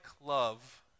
love